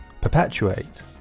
perpetuate